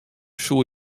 soe